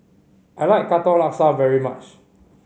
I like Katong Laksa very much